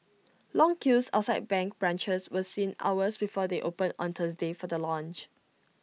long queues outside bank branches were seen hours before they opened on Thursday for the launch